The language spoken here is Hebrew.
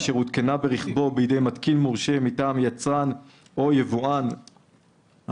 אשר הותקנה ברכבו בידי מתקין מורשה מטעם יצרן או יבואן המערכת,